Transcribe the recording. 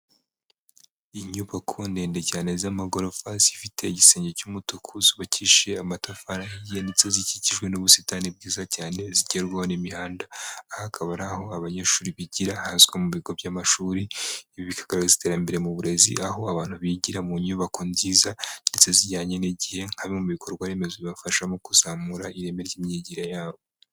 Inyubako ndende cyane z'amagorofa, zifite igisenge cy'umutuku, zubakishije amatafari ahiye, ndetsetse zikikijwe n'ubusitani bwiza cyane, zigerwa n'imihanda, aha akaba ari aho abanyeshuri bigira, hazwi nko mu bigo by'amashuri, bikagaragaza iterambere mu burezi, aho abantu bigira mu nyubako nziza ndetse zijyanye n'igihe, haba mu bikorwaremezo bibafasha mu kuzamura ireme ry'imyigire yabo.